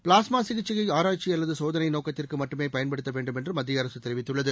plasma சிகிச்சையை ஆராய்ச்சி அல்லது சோதனை நோக்கத்திற்கு மட்டுமே பயன்படுத்த வேண்டும் என்று மத்திய அரசு தெரிவித்துள்ளது